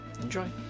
Enjoy